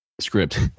Script